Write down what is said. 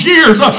years